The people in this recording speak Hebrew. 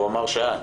הוא אמר שאת.